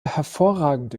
hervorragende